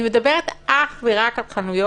אני מדברת רק על חנויות